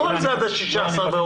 הכול זה עד ה-16 באוגוסט.